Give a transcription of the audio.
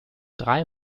drei